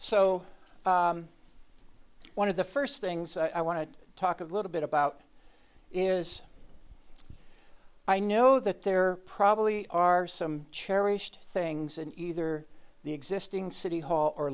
so one of the first things i want to talk of a little bit about is i know that there probably are some cherished things in either the existing city hall or